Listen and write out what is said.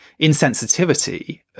insensitivity